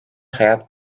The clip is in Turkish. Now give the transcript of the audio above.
hayat